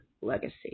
legacy